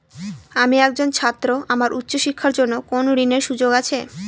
আমি একজন ছাত্র আমার উচ্চ শিক্ষার জন্য কোন ঋণের সুযোগ আছে?